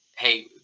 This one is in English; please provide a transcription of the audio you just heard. Hey